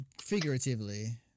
figuratively